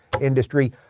industry